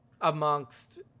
amongst